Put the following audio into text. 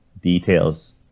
details